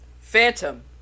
Phantom